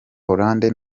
hollande